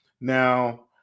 Now